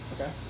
Okay